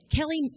Kelly